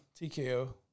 TKO